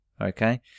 okay